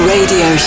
Radio